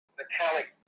metallic